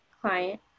client